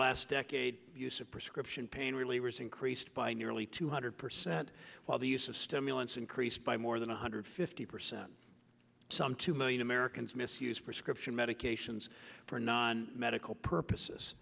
last decade use of prescription pain relievers increased by nearly two hundred percent while the use of stimulants increased by more than one hundred fifty percent some two million americans misuse prescription medications for non medical purposes